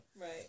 Right